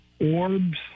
orbs